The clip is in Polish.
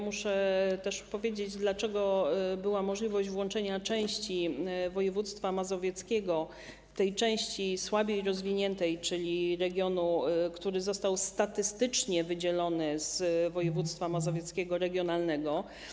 Muszę powiedzieć, dlaczego była możliwość włączenia części województwa mazowieckiego, tej części słabiej rozwiniętej, czyli regionu, który został statystycznie wydzielony z województwa mazowieckiego regionalnego.